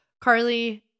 Carly